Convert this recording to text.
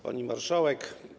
Pani Marszałek!